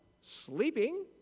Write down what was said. sleeping